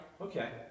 okay